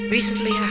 Recently